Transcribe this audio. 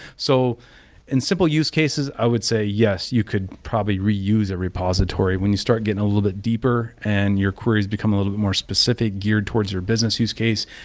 so in simple use cases, i would say yes, you could probably reuse a repository when you start getting a little bit deeper and your queries become a little bit more specific geared towards your business use case,